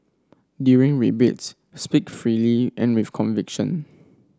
during debates speak freely and with conviction